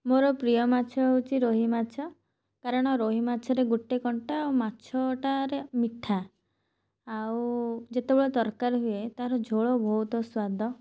ମୋର ପ୍ରିୟ ମାଛ ହେଉଛି ରୋହି ମାଛ କାରଣ ରୋହି ମାଛରେ ଗୋଟେ କଣ୍ଟା ଆଉ ମାଛଟାରେ ମିଠା ଆଉ ଯେତେବେଳେ ତରକାରୀ ହୁଏ ତା'ର ଝୋଳ ବହୁତ ସ୍ଵାଦ